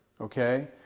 Okay